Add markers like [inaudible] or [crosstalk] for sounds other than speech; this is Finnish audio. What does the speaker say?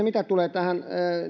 [unintelligible] mitä tulee tähän